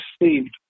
received